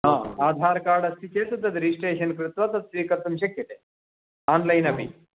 हा आधार् कार्ड् अस्ति चेत् तद् रिजिस्ट्रेशन् कृत्वा तत् स्वीकर्तुं शक्यते आन्लैन् अपि